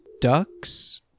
ducks